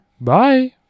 Bye